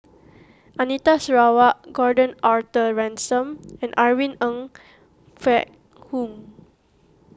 Anita Sarawak Gordon Arthur Ransome and Irene Ng Phek Hoong